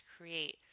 create